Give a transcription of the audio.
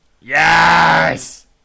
Yes